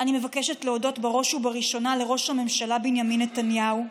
אני מבקשת להודות בראש ובראשונה לראש הממשלה בנימין נתניהו,